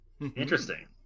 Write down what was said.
Interesting